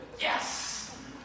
Yes